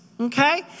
okay